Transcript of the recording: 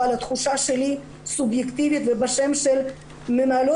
אבל התחושה שלי היא סובייקטיבית ובשמן של מנהלות